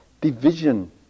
division